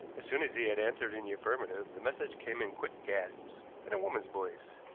as soon as he had answered in the affirmative the message came in quick gasps in a woman's voice